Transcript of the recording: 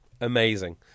Amazing